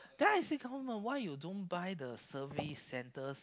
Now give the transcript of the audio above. then I say government why you don't buy the survey centre's